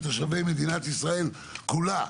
לתושבי מדינת ישראל כולה,